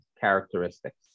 characteristics